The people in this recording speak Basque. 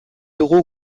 dugu